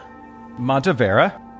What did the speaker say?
Montevera